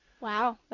Wow